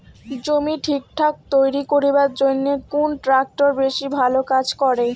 জমি ঠিকঠাক তৈরি করিবার জইন্যে কুন ট্রাক্টর বেশি ভালো কাজ করে?